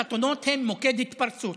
חתונות הן מוקד התפרצות,